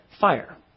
fire